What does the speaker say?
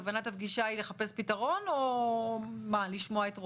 כוונת הפגישה היא לחפש פתרון או לשמוע את רועי?